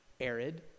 arid